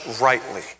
rightly